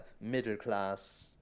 middle-class